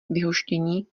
vyhoštění